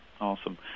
Awesome